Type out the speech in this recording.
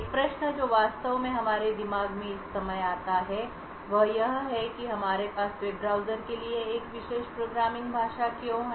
एक प्रश्न जो वास्तव में हमारे दिमाग में इस समय आता है वह यह है कि हमारे पास वेब ब्राउज़र के लिए एक विशेष प्रोग्रामिंग भाषा क्यों है